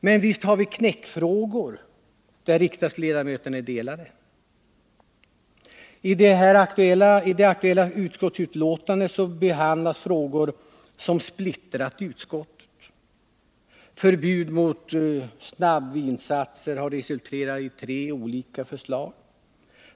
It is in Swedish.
Men visst har vi knäckfrågor, där riksdagsledamöterna har delade uppfattningar. I det aktuella utskottsbetänkandet behandlas frågor som har splittrat utskottet. Behandlingen av frågan om förbud mot snabbvinsatser har resulterat i tre olika förslag.